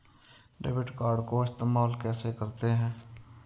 Debit card को इस्तेमाल कैसे करते हैं?